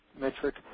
metric